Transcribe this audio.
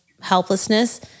helplessness